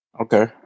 Okay